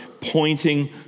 pointing